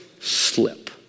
slip